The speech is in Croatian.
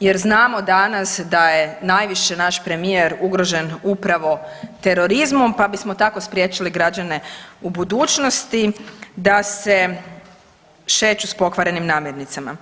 jer znamo danas da je najviše naš premijer ugrožen upravo terorizmom pa bismo tako spriječili građane u budućnosti da se šeću s pokvarenim namirnicama.